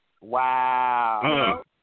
Wow